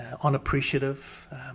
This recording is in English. unappreciative